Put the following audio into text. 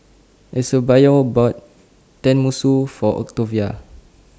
Eusebio bought Tenmusu For Octavia